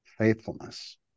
faithfulness